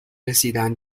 رسیدن